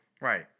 Right